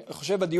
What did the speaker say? אני חושב הראשון,